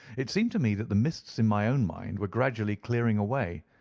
it seemed to me that the mists in my own mind were gradually clearing away,